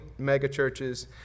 megachurches